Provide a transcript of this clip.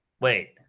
Wait